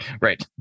right